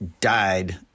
died